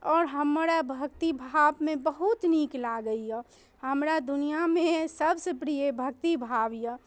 आओर हमरा भक्ति भाबमे बहुत नीक लागैए हमरा दुनिआमे सबसँ प्रिय भक्ति भाव यऽ